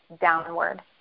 downward